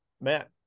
Matt